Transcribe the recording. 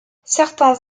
certains